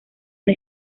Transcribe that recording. una